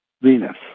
Venus